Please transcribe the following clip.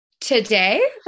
today